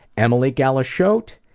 emily galishote,